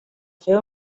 fer